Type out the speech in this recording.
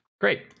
Great